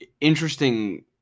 interesting